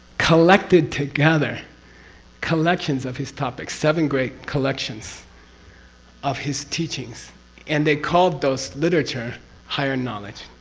collected together collections of his topics, seven great collections of his teachings and they called those literature higher knowledge.